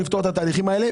האישה?